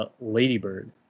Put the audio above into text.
Ladybird